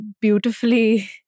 beautifully